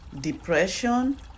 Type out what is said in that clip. depression